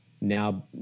now